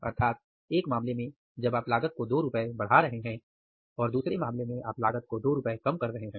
अर्थात एक मामले में आप लागत को दो रुपए बढ़ा रहे हैं और दूसरे मामले में आप लागत को ₹2 कम कर रहे हैं